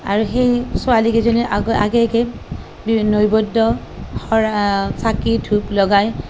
আৰু সেই ছোৱালীকেইজনী আগে আগে বিবিধ নৈবদ্য শৰা চাকি ধূপ লগাই